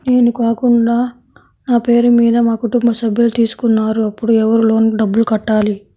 నేను కాకుండా నా పేరు మీద మా కుటుంబ సభ్యులు తీసుకున్నారు అప్పుడు ఎవరు లోన్ డబ్బులు కట్టాలి?